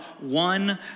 one